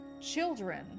children